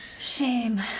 Shame